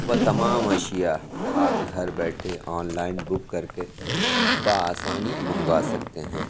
و تمام اشیاء آپ گھر بیٹھے آن لائن بک کر کے بآسانی منگوا سکتے ہیں